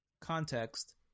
Context